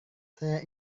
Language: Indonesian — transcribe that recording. saya